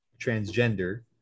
transgender